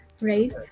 right